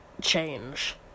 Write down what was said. change